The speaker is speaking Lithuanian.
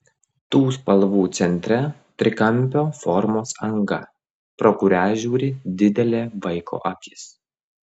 tų spalvų centre trikampio formos anga pro kuria žiūri didelė vaiko akis